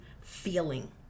feeling